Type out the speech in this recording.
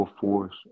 force